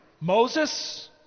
Moses